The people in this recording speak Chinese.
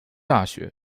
大学